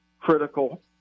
critical